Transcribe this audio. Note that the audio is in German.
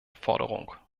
forderung